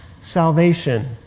salvation